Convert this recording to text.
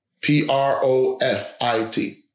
P-R-O-F-I-T